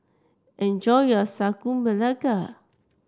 enjoy your Sagu Melaka